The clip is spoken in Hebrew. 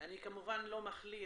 אני כמובן לא מכליל,